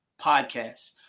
podcast